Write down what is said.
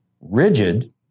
rigid